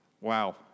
Wow